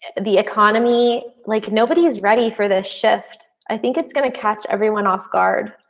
the economy like nobody is ready for this shift. i think it's gonna catch everyone off guard.